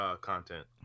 content